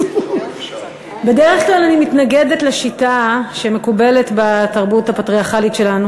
בדרך כלל אני מתנגדת לשיטה שמקובלת בתרבות הפטריארכלית שלנו,